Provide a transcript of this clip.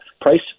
price